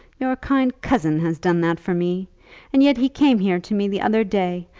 your kind cousin has done that for me and yet he came here to me the other day,